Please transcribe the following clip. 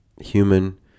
human